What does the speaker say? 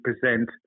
present